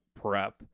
prep